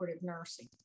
nursing